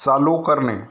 चालू करणे